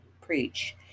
preach